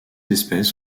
espèces